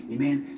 Amen